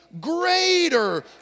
greater